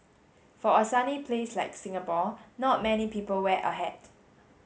for a sunny place like Singapore not many people wear a hat